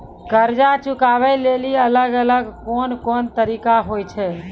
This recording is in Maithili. कर्जा चुकाबै लेली अलग अलग कोन कोन तरिका होय छै?